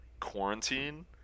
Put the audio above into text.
quarantine